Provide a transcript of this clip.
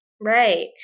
Right